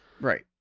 Right